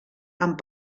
amb